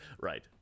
Right